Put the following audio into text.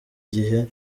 gihe